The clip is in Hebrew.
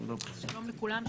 שלום לכולם,